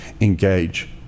engage